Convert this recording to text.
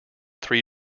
three